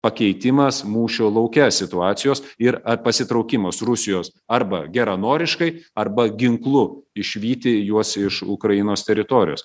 pakeitimas mūšio lauke situacijos ir ar pasitraukimas rusijos arba geranoriškai arba ginklu išvyti juos iš ukrainos teritorijos